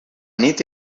nit